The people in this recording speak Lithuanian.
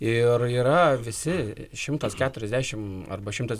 ir yra visi šimtas keturiasdešimt arba šimtas